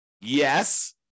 Yes